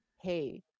hey